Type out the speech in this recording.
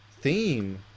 theme